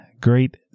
great